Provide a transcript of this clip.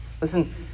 Listen